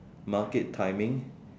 market timing